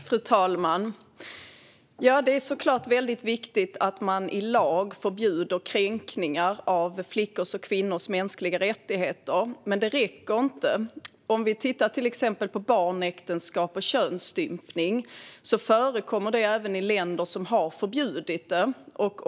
Fru talman! Det är självklart viktigt att man i lag förbjuder kränkningar av flickors och kvinnors mänskliga rättigheter, men det räcker inte. Om vi tittar till exempel på barnäktenskap och könsstympning ser vi att det förekommer även i länder som har förbjudit det.